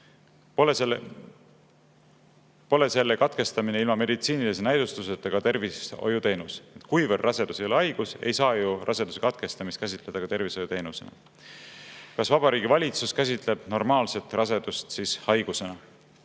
pole selle katkestamine ilma meditsiinilise näidustuseta tervishoiuteenus?" Kuivõrd rasedus ei ole haigus, ei saa ju raseduse katkestamist käsitleda ka tervishoiuteenusena. "Kas Vabariigi Valitsus käsitleb normaalset rasedust haigusena?"